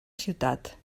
ciutat